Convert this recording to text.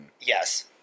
Yes